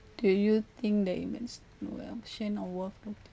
do you think the events where option are worth